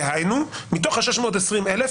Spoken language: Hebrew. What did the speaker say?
דהיינו, מתוך אותם 620,000,